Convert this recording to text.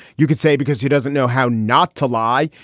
you could say, because he doesn't know how not to lie.